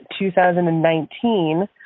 2019